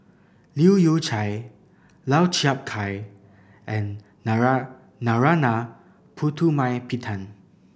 Leu Yew Chye Lau Chiap Khai and Narana Putumaippittan